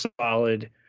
solid